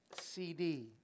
CD